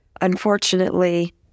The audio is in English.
Unfortunately